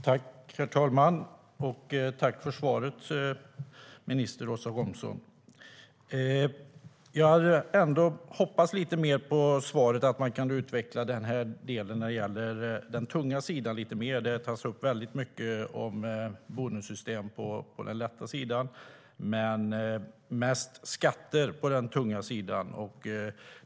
Herr talman! Tack för svaret, minister Åsa Romson! Jag hade ändå hoppats på att man i svaret kunde utveckla den tunga sidan lite mer. Det tas upp väldigt mycket om bonussystem på den lätta sidan men mest om skatter på den tunga sidan.